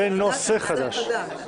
זה נושא חדש.